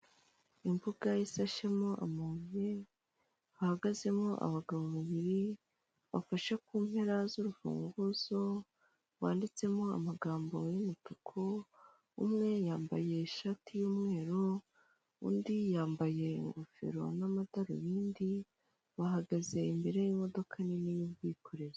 Imbuga ishashemo amabuye, hahagazemo abagabo babiri bafashe ku mpera z'urufunguzo rwanditseho amagambo y'umutuhu umwe yambaye ishati y'umweru, undi yambate ingofero n'amadarubindi, bahagaze imbere y'imodoka nini y'ubwikorezi.